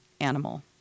animal